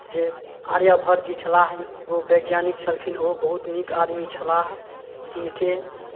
जे आर्यभट्ट जी छलाह हन एगो वैज्ञानिक छलखिन ओ बहुत नीक आदमी छलाह तिनके